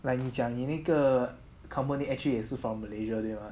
来你讲的你那个 company actually 也是 from malaysia 对吗